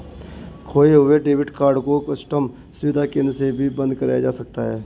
खोये हुए debit card को कस्टम सुविधा केंद्र से भी बंद कराया जा सकता है